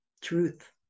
truth